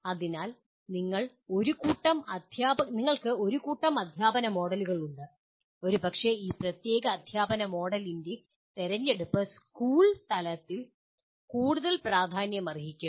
അതിനാൽ നിങ്ങൾക്ക് ഒരു കൂട്ടം അദ്ധ്യാപന മോഡലുകൾ ഉണ്ട് ഒരുപക്ഷേ ഈ പ്രത്യേക അദ്ധ്യാപന മോഡലിന്റെ തിരഞ്ഞെടുപ്പ് സ്കൂൾ തലത്തിൽ കൂടുതൽ പ്രാധാന്യമർഹിക്കും